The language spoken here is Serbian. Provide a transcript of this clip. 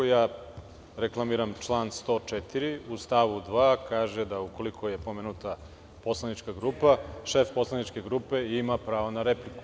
Reklamiram član 104. u stavu 2. kaže da ukoliko je pomenuta poslanička grupa, šef poslaničke grupe ima pravo na repliku.